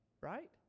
right